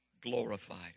glorified